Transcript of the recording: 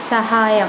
സഹായം